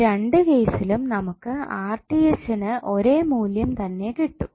ഈ രണ്ട് കേസിലും നമുക്ക് ന് ഒരേ മൂല്യം തന്നെ കിട്ടും